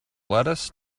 lettuce